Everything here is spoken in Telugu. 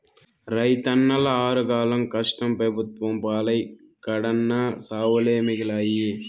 రైతన్నల ఆరుగాలం కష్టం పెబుత్వం పాలై కడన్నా సావులే మిగిలాయి